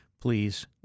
please